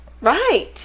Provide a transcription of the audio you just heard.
Right